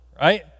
right